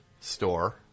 Store